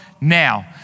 now